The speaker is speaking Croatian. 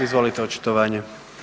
Izvolite očitovanje.